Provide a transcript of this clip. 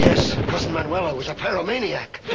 yes, cousin manuelo was a pyromaniac.